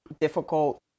difficult